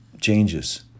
changes